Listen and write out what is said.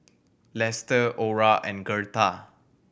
Lester Orah and Gertha